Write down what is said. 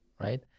right